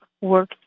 work